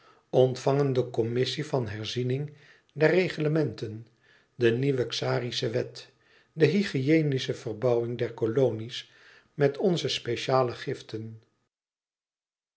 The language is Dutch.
ontvangen de commissie van herziening der regelementen de nieuwe xarische wet de hygienische verbouwing der kolonie's met onze speciale giften